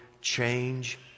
change